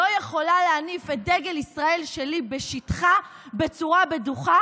לא יכולה להניף את דגל ישראל שלי בשטחה בצורה בטוחה